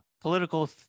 political